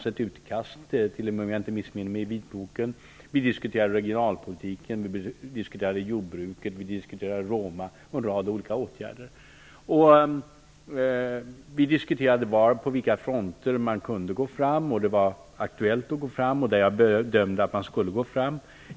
Om jag inte missminner mig finns ett utkast i vitboken. Vi diskuterade regionalpolitiken, jordbruket, Roma och en rad olika åtgärder. Vi diskuterade på vilka fronter man kunde gå fram, var det var aktuellt att gå fram och var jag bedömde att man skulle gå fram.